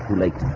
lake